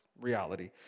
reality